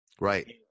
Right